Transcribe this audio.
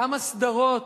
כמה סדרות,